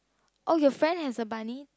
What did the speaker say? oh your friend has a bunny